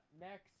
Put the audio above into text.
next